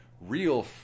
real